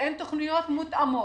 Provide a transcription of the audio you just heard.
כשאין תוכניות מותאמות,